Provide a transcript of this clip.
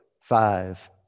five